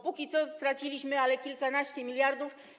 Póki co straciliśmy, ale kilkanaście miliardów.